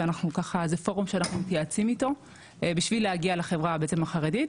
זה פורום שאנחנו מתייעצים איתו בשביל בעצם להגיע לחברה החרדית